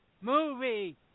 movie